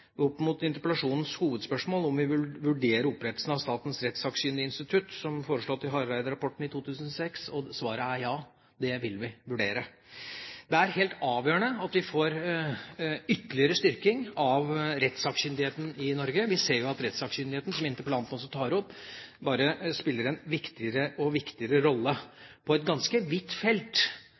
interpellasjonens hovedspørsmål, om vi vil «vurdere opprettelsen av et statens rettssakkyndige institutt som foreslått i Hareide-rapporten i 2006». Svaret er ja, det vil vi vurdere. Det er helt avgjørende at vi får en ytterligere styrking av rettssakkyndigheten i Norge. Vi ser at rettssakkyndigheten, som interpellanten også tar opp, bare spiller en viktigere og viktigere rolle på et ganske vidt felt,